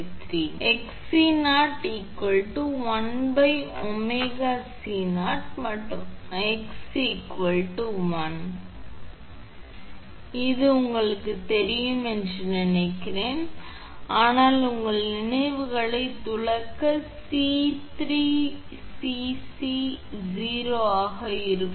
எனவே ஒரு 𝑋𝑐 இருக்கும் அது உங்கள் 𝑋𝑐 ஆல் 3 வலது இது ரத்து செய்யப்படும் அதனால் 𝑋𝑐 3 ஆக இருக்கும்